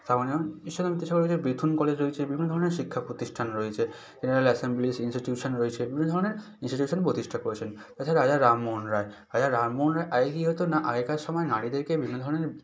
স্থাপনের জন্য ঈশ্বরচন্দ্র বিদ্যাসাগরের যে বেথুন কলেজ রয়েছে বিভিন্ন ধরনের শিক্ষা প্রতিষ্ঠান রয়েছে জেনারেল অ্যাসেম্বলি ইন্সটিটিউশন রয়েছে বিভিন্ন ধরনের ইন্সটিটিউশন প্রতিষ্ঠা করেছেন তাছাড়া রাজা রামমোহন রায় রাজা রামমোহন রায় আগে কী হতো না আগেকার সময় নারীদেরকে বিভিন্ন ধরনের